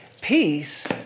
Peace